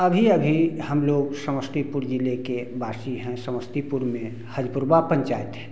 अभी अभी हम लोग समस्तीपुर ज़िले के वासी हैं समस्तीपुर में हर्पुरवा पंचायत